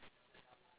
ya